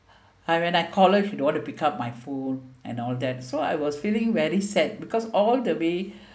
uh when I call her she don't want to pick up my phone and all that so I was feeling very sad because all the way